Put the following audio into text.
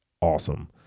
awesome